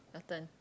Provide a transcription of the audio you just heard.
your turn